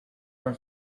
are